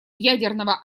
ядерного